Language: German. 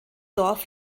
dorf